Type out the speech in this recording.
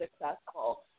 successful